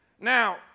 Now